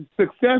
success